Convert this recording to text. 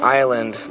island